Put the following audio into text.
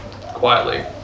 quietly